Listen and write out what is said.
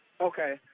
okay